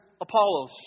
Apollos